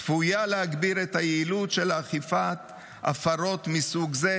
צפויה להגביר את היעילות של אכיפת הפרות מסוג זה,